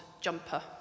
jumper